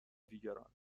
دیگران